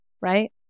Right